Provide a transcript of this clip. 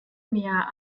mir